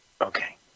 Okay